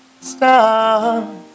stop